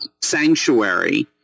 sanctuary